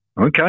Okay